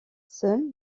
seul